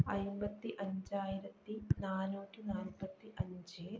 അയ്മ്പതി അഞ്ചായിരത്തി നാന്നൂറ്റി നാൽപ്പത്തി അഞ്ച്